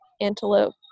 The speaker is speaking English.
antelope